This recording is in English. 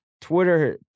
Twitter